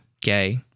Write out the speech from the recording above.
gay